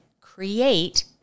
create